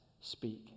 speak